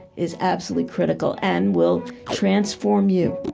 is absolutely critical and will transform you.